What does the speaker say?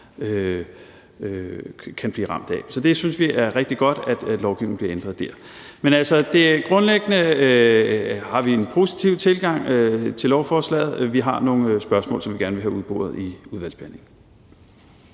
kan blive ramt af. Så vi synes, det er rigtig godt, at lovgivningen der bliver ændret. Grundlæggende har vi altså en positiv tilgang til lovforslaget, men vi har nogle spørgsmål, som vi gerne vil have udboret i udvalgsbehandlingen.